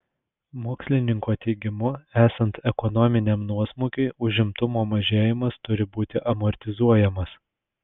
mokslininko teigimu esant ekonominiam nuosmukiui užimtumo mažėjimas turi būti amortizuojamas